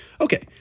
Okay